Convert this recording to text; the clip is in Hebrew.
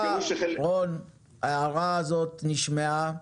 רון, ההערה הזאת נשמעה,